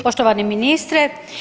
Poštovani ministre.